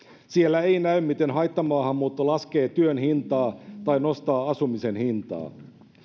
siellä ei näy miten haittamaahanmuutto laskee työn hintaa tai nostaa asumisen hintaa